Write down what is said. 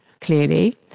clearly